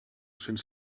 cents